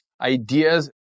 ideas